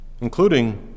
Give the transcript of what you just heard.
Including